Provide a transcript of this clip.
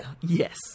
Yes